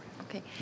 Okay